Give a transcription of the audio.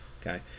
okay